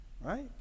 right